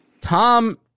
Tom